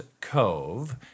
Cove